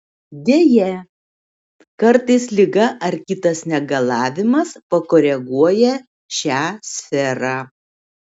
deja kartais liga ar kitas negalavimas pakoreguoja šią sferą